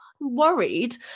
worried